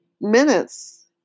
minutes